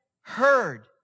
heard